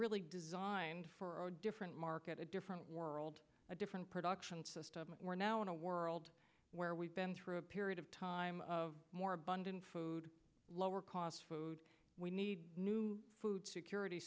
really designed for a different market a different world a different production system we're now in a world where we've been through a period of time of more abundant food lower cost food we need new food security